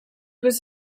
was